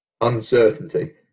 Uncertainty